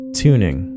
tuning